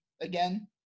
again